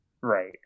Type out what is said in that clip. Right